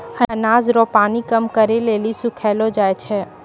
अनाज रो पानी कम करै लेली सुखैलो जाय छै